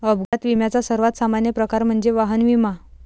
अपघात विम्याचा सर्वात सामान्य प्रकार म्हणजे वाहन विमा